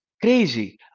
crazy